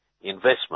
investment